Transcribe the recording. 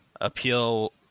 appeal